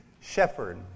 shepherd